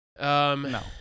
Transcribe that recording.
No